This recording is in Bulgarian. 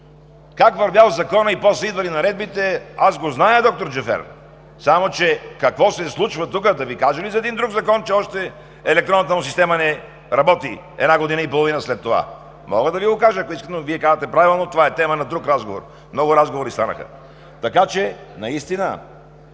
как вървял законът и после идвали наредбите. Аз го зная, доктор Джафер, само че какво се случва тук? Да Ви кажа ли за един друг закон, че още електронната му система не работи една година и половина след това. Мога да Ви го кажа, ако искате, но Вие казахте правилно, че това е тема на друг разговор. Много разговори станаха. Моля колегите